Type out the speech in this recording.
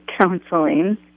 counseling